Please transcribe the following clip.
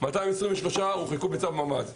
223 הורחקו בצו מפקד המחוז.